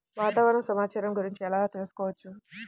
వాతావరణ సమాచారం గురించి ఎలా తెలుసుకోవచ్చు?